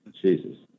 Jesus